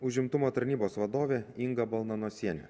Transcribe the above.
užimtumo tarnybos vadovė inga balnanosienė